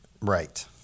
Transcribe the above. Right